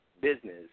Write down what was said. business